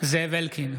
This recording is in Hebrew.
זאב אלקין,